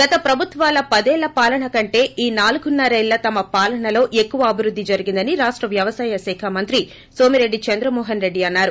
గత ప్రభుత్వాల పదేళ్ళ పాలన కంటే ఈ నాలుగున్న రేళ్ళ తమ పాలనలో ఎక్కువ అభివృద్ది జరిగిందని రాష్ట వ్యవసాయ శాఖ మంత్రి నోమిరెడ్డి చంద్రమోహన్ రెడ్డి అన్నారు